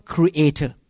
Creator